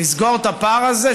לסגור את הפער הזה,